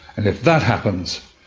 and if that happens,